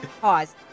pause